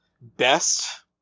best